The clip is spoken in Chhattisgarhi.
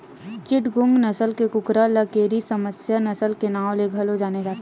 चिटगोंग नसल के कुकरा ल केरी स्यामा नसल के नांव ले घलो जाने जाथे